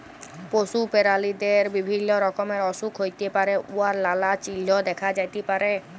পশু পেরালিদের বিভিল্য রকমের অসুখ হ্যইতে পারে উয়ার লালা চিল্হ দ্যাখা যাতে পারে